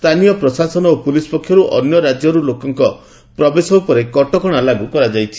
ସ୍ରାନୀୟ ପ୍ରଶାସନ ଓ ପୁଲିସ୍ ପକ୍ଷରୁ ଅନ୍ୟରାକ୍ୟରୁ ଲୋକଙ୍କ ପ୍ରବେଶ ଉପରେ କଟକଣା ଲାଗୁ କରାଯାଇଛି